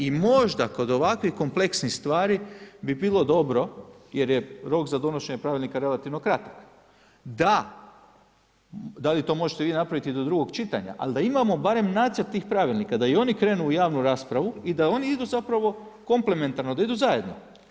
I možda kod ovakvih kompleksnih stvari bi bilo dobro, jer je rok za donošenje pravilnika relativno kratak, da, da li to možete vi napraviti do drugog čitanja, ali da imamo barem nacrt tih pravilnika, da i oni krenu u javnu raspravu i da oni idu zapravo komplementarno, da idu zajedno.